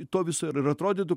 to viso ir atrodytų